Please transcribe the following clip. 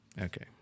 Okay